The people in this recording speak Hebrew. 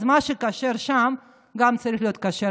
אז מה שכשר שם צריך להיות כשר